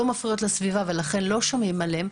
מפריעות לסביבה ולכן לא שומעים עליהן,